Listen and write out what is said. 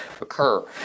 occur